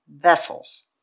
vessels